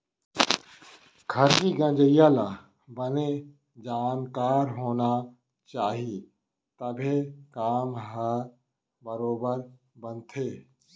खरही गंजइया ल बने जानकार होना चाही तभे काम ह बरोबर बनथे